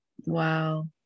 Wow